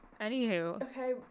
Anywho